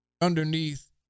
underneath